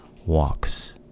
walks